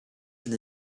from